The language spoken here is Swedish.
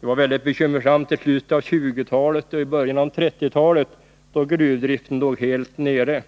Det var väldigt bekymmersamt i slutet av 1920-talet och i början av 1930-talet, då gruvdriften låg helt nere.